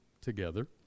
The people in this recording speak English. together